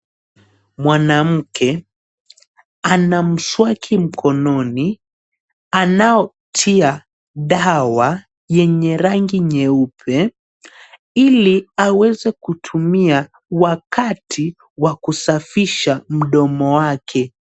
Mwanamke ana mswaki mkononi anaotia dawa yenye rangi nyeupe ili aweze kutumia wakati wa kusafisha mdomo wake.